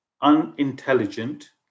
unintelligent